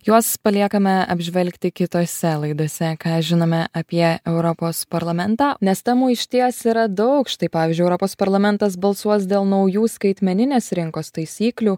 juos paliekame apžvelgti kitose laidose ką žinome apie europos parlamentą nes temų išties yra daug štai pavyzdžiui europos parlamentas balsuos dėl naujų skaitmeninės rinkos taisyklių